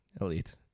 Elite